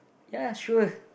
ya sure